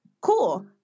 cool